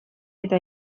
eta